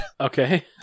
Okay